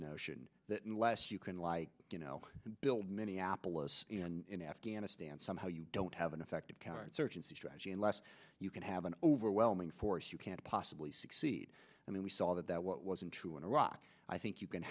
notion that unless you can like you know build minneapolis in afghanistan somehow you don't have an effective counterinsurgency strategy unless you can have an overwhelming force you can't possibly succeed i mean we saw that that wasn't true in iraq i think you can